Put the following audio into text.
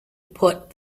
put